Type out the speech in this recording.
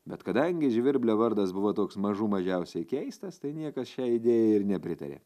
bet kadangi žvirblio vardas buvo toks mažų mažiausiai keistas tai niekas šiai idėjai nepritarė